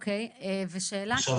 עכשיו,